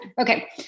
Okay